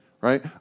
right